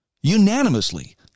unanimously